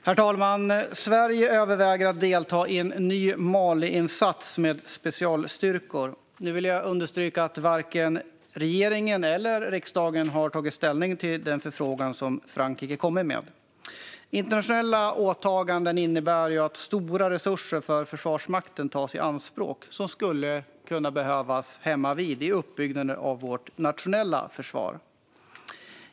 Herr talman! Sverige överväger att delta i en ny Maliinsats med specialstyrkor. Nu vill jag understryka att varken regeringen eller riksdagen har tagit ställning till den förfrågan som Frankrike har kommit med. Internationella åtaganden innebär ju att stora resurser för Försvarsmakten tas i anspråk som skulle kunna behövas hemmavid i uppbyggnaden av vårt nationella försvar.